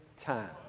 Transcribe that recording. time